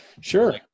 Sure